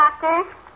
doctor